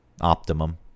Optimum